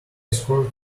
escort